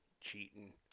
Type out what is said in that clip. cheating